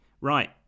right